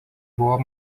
buvo